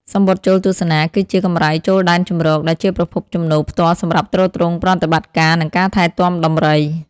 សំបុត្រចូលទស្សនា គឺជា កម្រៃចូលដែនជម្រក ដែលជាប្រភពចំណូលផ្ទាល់សម្រាប់ទ្រទ្រង់ប្រតិបត្តិការ និងការថែទាំដំរី។